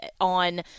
on